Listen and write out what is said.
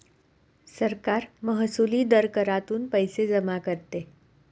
सरकार महसुली दर करातून पैसे जमा करते